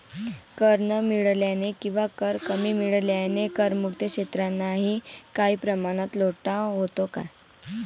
कर न मिळाल्याने किंवा कर कमी मिळाल्याने करमुक्त क्षेत्रांनाही काही प्रमाणात तोटा होतो का?